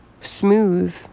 smooth